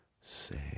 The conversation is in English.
say